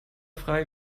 frei